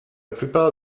plupart